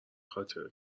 خاطر